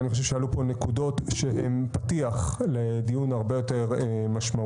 אבל אני חושב שעלו פה נקודות שהן פתיח לדיון הרבה יותר משמעותי.